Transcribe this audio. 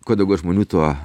kuo daugiau žmonių tuo